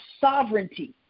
sovereignty